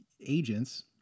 agents